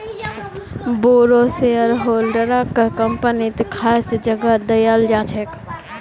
बोरो शेयरहोल्डरक कम्पनीत खास जगह दयाल जा छेक